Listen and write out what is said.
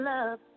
Love